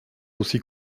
aussi